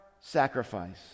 sacrifice